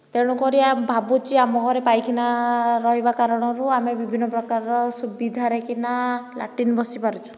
ତେଣୁ କରି ଭାବୁଛି ଆମ ଘରେ ପାଇଖିନା ରହିବା କାରଣରୁ ଆମେ ବିଭିନ୍ନ ପ୍ରକାରର ସୁବିଧାରେ କିନା ଲାଟ୍ରିନ୍ ବସିପାରୁଛୁ